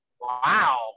Wow